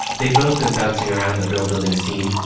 they'd both been bouncing around the brill building scene,